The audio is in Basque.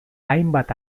hainbat